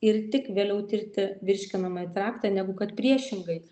ir tik vėliau tirti virškinamąjį traktą negu kad priešingai